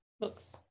Books